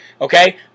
okay